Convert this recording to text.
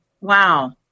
wow